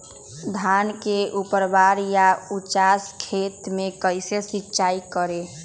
धान के ऊपरवार या उचास खेत मे कैसे सिंचाई करें?